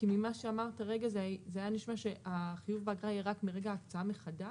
כי ממה שאמרת כרגע זה היה נשמע החיוב באגרה יהיה רק מרגע ההקצאה מחדש?